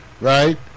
right